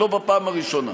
ולא בפעם הראשונה.